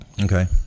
Okay